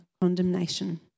condemnation